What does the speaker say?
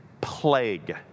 plague